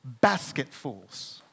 basketfuls